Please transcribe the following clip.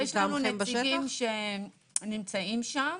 יש לנו נציגים שנמצאים שם,